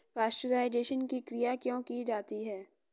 Pasteurisation की क्रिया क्यों की जाती है?